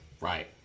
Right